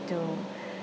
to